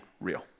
real